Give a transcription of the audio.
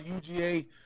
UGA